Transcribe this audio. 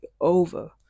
over